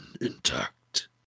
intact